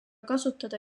kasutada